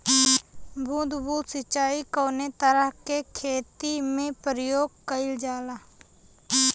बूंद बूंद सिंचाई कवने तरह के खेती में प्रयोग कइलजाला?